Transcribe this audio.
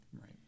Right